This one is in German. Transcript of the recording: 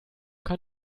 kann